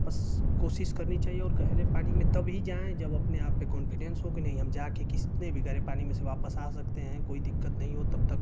बस कोशिश करनी चाहिए गहरे पानी में तभी जाएँ जब अपने आप पर कॉन्फिडेन्स हो नहीं हम जाकर किसी भी गहरे पानी से वापस आ सकते हैं कोई दिक्कत नहीं हो तब तक